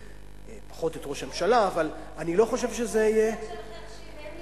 פחות את ראש הממשלה, אני לא חושב שזה יהיה, שיח